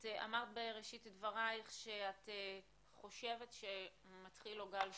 את אמרת בראשית דבריך שאת חושבת שמתחיל לו גל שני.